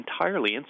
entirely